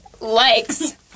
likes